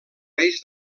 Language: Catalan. reis